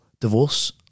divorce